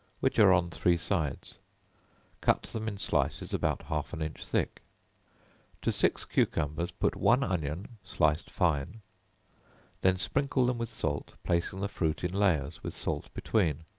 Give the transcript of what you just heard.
which are on three sides cut them in slices about half an inch thick to six cucumbers, put one onion, sliced fine then sprinkle them with salt, placing the fruit in layers, with salt between